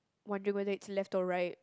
wondering whether it's left or right